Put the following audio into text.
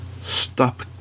stop